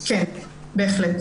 כן, בהחלט.